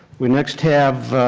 we next have